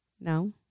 No